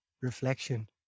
reflection